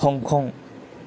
Hong Kong